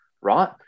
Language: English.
Right